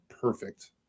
perfect